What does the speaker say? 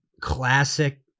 classic